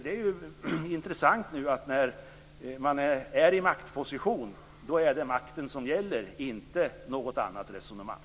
Det är intressant att när man nu är i en maktposition är det makten som gäller, och inte något annat resonemang.